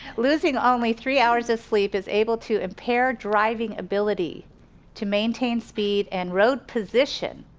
losing only three hours of sleep is able to impair driving ability to maintain speed and road position